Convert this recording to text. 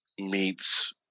meets